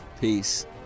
peace